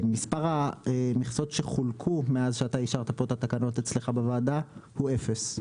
מספר המכסות שחולקו מאז שאתה אישרת פה את התקנות אצלך בוועדה הוא אפס,